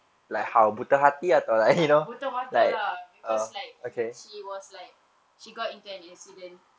ya like tak buta mata lah because like he she was like she got into an accident